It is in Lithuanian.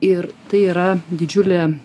ir tai yra didžiulė